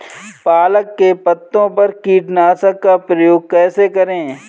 पालक के पत्तों पर कीटनाशक का प्रयोग कैसे करें?